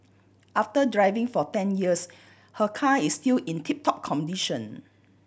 after driving for ten years her car is still in tip top condition